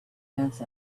fence